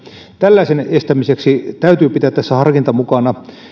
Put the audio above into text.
tällaisen estämiseksi täytyy pitää tässä harkinta mukana että